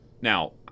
Now